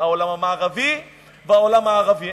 העולם המערבי והעולם הערבי.